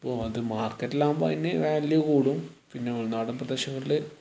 അപ്പോൾ മാർക്കറ്റിലാകുമ്പോൾ അതിന് വാല്യൂ കൂടും പിന്നെ ഉൾനാടൻ പ്രദേശങ്ങളില്